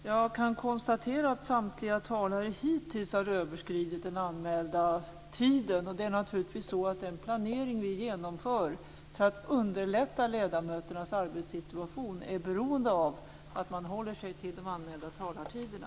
Jag kan konstatera att samtliga talare hittills har överskridit den anmälda talartiden. Det är naturligtvis så att den planering som vi genomför för att underlätta ledamöternas arbetssituation är beroende av att man håller sig till de anmälda talartiderna.